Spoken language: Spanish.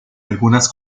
algunas